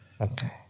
Okay